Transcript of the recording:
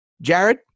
Jared